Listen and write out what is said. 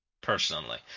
personally